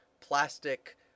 plastic